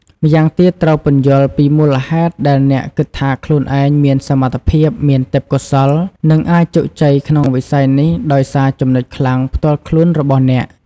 ម្យ៉ាងទៀត ត្រូវពន្យល់ពីមូលហេតុដែលអ្នកគិតថាខ្លួនឯងមានសមត្ថភាព មានទេពកោសល្យ និងអាចជោគជ័យក្នុងវិស័យនេះដោយសារចំណុចខ្លាំងផ្ទាល់ខ្លួនរបស់អ្នក។